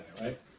right